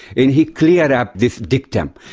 and he clears up this dictum.